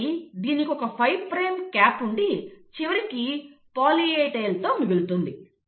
కాబట్టి దీనికి ఒక 5 ప్రైమ్ క్యాప్ ఉండి చివరకు పాలీ A టైల్ తో మిగులుతుంది